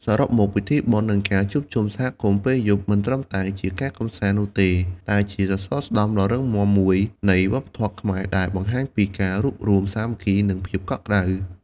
សរុបមក ពិធីបុណ្យនិងការជួបជុំសហគមន៍ពេលយប់ មិនត្រឹមតែជាការកម្សាន្តនោះទេ តែជាសសរស្តម្ភដ៏រឹងមាំមួយនៃវប្បធម៌ខ្មែរដែលបង្ហាញពីការរួបរួមសាមគ្គី និងភាពកក់ក្ដៅ។